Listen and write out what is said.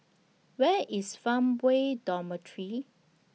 Where IS Farmway Dormitory